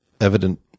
evident